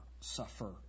suffer